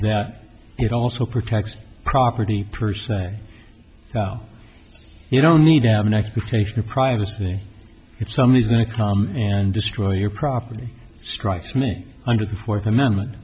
that it also protects property per se you don't need to have an expectation of privacy me if some is going to come and destroy your property strikes me under the fourth amendment